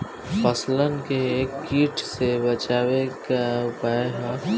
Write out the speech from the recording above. फसलन के कीट से बचावे क का उपाय है?